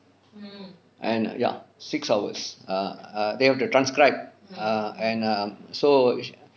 and ya six hours err err they have to transcribe err and err so